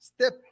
step